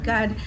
God